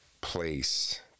place